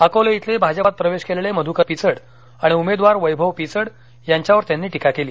अकोले इथले भाजपात प्रवेश केलेले मधूकर पिचड आणि उमेदवार वैभव पिचड यांच्यावर टीका त्यांनी टिका केली